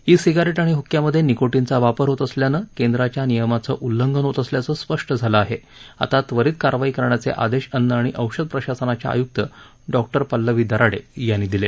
E cigarette आणि हुक्क्यामध्ये निकोटीनचा वापर होत असल्याने केंद्राच्या नियमाचे उल्लंघन होत असल्याचं स्पष्ट होत आहे आता त्वरित कारवाई करण्याचे आदेश अन्न आणि औषध प्रशासनाच्या आयुक्त डॉक्टर पल्लवी दराडे यांनी दिले